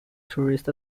tourist